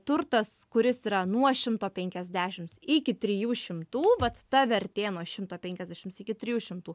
turtas kuris yra nuo šimto penkiasdešims iki trijų šimtų vat ta vertė nuo šimto penkiasdešims iki trijų šimtų